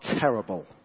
terrible